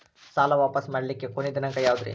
ಸಾಲಾ ವಾಪಸ್ ಮಾಡ್ಲಿಕ್ಕೆ ಕೊನಿ ದಿನಾಂಕ ಯಾವುದ್ರಿ?